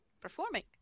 performing